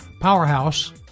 powerhouse